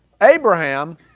Abraham